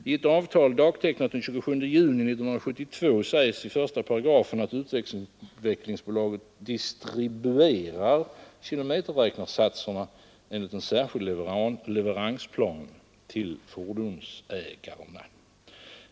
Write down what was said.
I ett avtal dagtecknat 27 juni 1972 sägs i § 1 att Utvecklingsbolaget distribuerar kilometerräknarsatserna enligt en särskild leveransplan till fordonsägarna.